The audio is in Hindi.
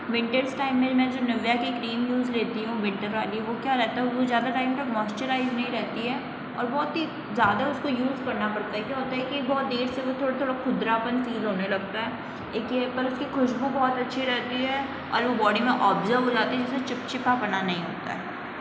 विंटर्स टाइम में मैं जो निविया की क्रीम यूज़ लेती हूँ विंटर वाली वो क्या रहता है वो ज़्यादा टाइम तक मॉइस्चराइज़ नहीं रहती है और बहुत ही ज़्यादा उसको यूज़ करना पड़ता है क्या होता है के बहुत देर से वो थोड़ा थोड़ा खुदरापन फ़ील होने लगता है एक ये है पर उसकी खुशबू बहुत अच्छी रहती है और वो बॉडी में एब्ज़ॉर्ब हो जाती है जिससे चिपचिपापना नहीं होता है